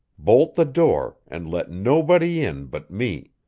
bolt the door, and let nobody in but me.